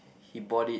he bought it